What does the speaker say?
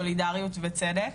סולידריות וצדק